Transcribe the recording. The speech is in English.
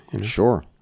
Sure